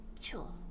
Sure